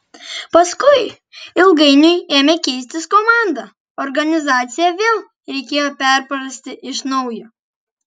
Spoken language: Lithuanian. paskui ilgainiui ėmė keistis komanda organizaciją vėl reikėjo perprasti iš naujo